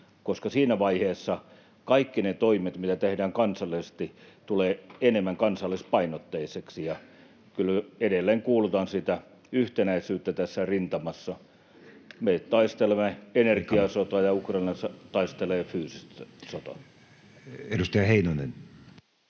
koska siinä vaiheessa kaikki ne toimet, mitä tehdään kansallisesti, tulevat enemmän kansallispainotteiseksi. Kyllä edelleen kuulutan sitä yhtenäisyyttä tässä rintamassa. Me taistelemme energiasotaa, ja Ukraina taistelee fyysistä sotaa. [Speech